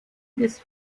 des